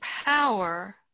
Power